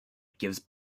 gives